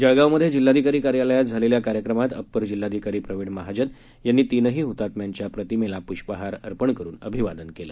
जळगावमधे जिल्हाधिकारी कार्यालयात झालेल्या कार्यक्रमात अप्पर जिल्हाधिकारी प्रविण महाजन यांनी तीनही हुतात्म्यांच्या प्रतिमेला पुष्पहार अर्पण करून अभिवादन केलं